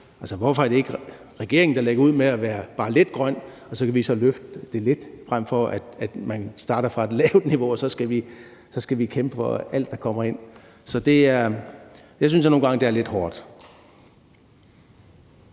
Hvorfor er det ikke regeringen, der lægger ud med at være bare lidt grøn, og så kan vi så løfte det lidt, frem for at man starter fra et lavt niveau og vi så skal kæmpe for alt, der skal komme ind? Så jeg synes nogle gange, det er lidt hårdt.